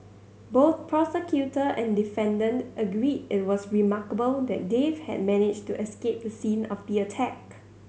both prosecutor and defendant agreed it was remarkable that Dave had managed to escape the scene of the attack